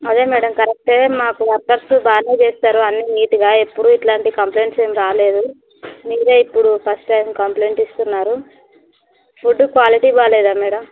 అదే మేడం కరక్టే మాకు వర్కర్స్ బాగానే చేస్తారు అన్నీ నీట్గా ఎప్పుడూ ఇలాంటి కంప్లైంట్స్ ఏమి రాలేదు మీరే ఇప్పుడు ఫస్ట్ టైమ్ కంప్లెన్ట్ ఇస్తున్నారు ఫుడ్డు క్వాలిటీ బాగాలేదా మేడం